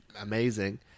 amazing